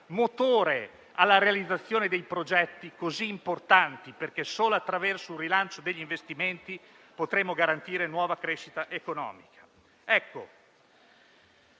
motore alla realizzazione di progetti così importanti, perché solo attraverso un rilancio degli investimenti potremo garantire nuova crescita economica.